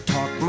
Talk